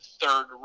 third